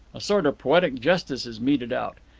a sort of poetic justice is meted out.